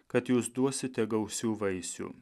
kad jūs duosite gausių vaisių